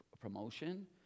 promotion